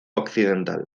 occidental